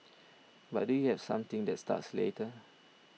but do you have something that starts later